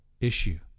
issue